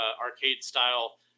arcade-style